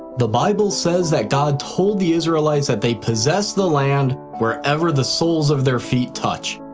the bible says that god told the israelites that they possess the land wherever the soles of their feet touch.